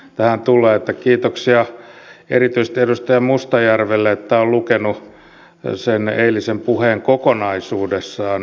kiitoksia erityisesti edustaja mustajärvelle että on lukenut sen eilisen puheen kokonaisuudessaan